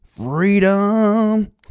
Freedom